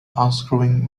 unscrewing